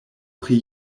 pri